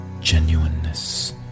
genuineness